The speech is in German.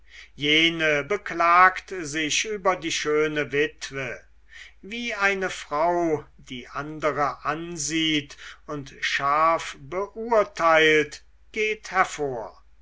jene beklagt sich über die schöne witwe wie eine frau die andere ansieht und scharf beurteilt geht hervor